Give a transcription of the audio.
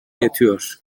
yatıyor